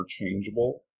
interchangeable